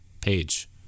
page